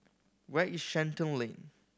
where is Shenton Lane